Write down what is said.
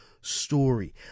story